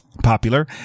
popular